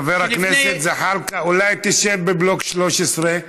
חבר הכנסת זחאלקה, אולי תשב בבלוק 13?